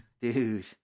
Dude